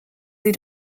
sie